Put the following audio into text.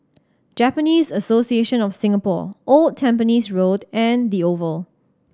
Japanese Association of Singapore Old Tampines Road and The Oval